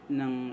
ng